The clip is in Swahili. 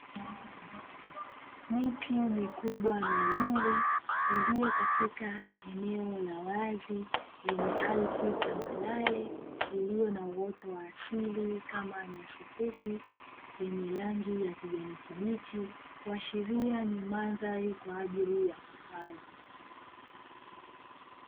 Miti mikubwa miwili iliyo katika eneo la wazi, lenye ardhi tambarare lililo na uoto wa asili, kama nyasi fupi yenye rangi ya kijani kibichi, kuashiria ni mandhari kwa ajili ya hifadhi.